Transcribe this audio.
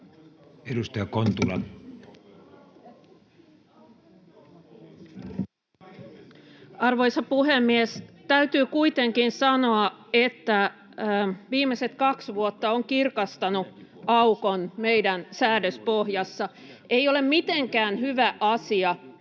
16:28 Content: Arvoisa puhemies! Täytyy kuitenkin sanoa, että viimeiset kaksi vuotta ovat kirkastaneet aukon meidän säädöspohjassa. Ei ole mitenkään hyvä asia,